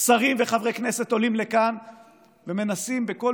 שרים וחברי כנסת עולים לכאן ומנסים בכל